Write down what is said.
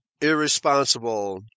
Irresponsible